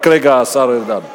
רק רגע, השר ארדן.